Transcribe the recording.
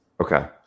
Okay